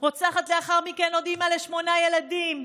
רצחה לאחר מכן עוד אימא לשמונה ילדים,